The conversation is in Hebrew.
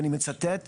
ואני מצטט ,